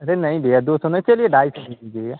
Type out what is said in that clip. अरे नहीं भैया दो सौ नहीं चलिए ढाई सौ दे दीजिएगा